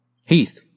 Heath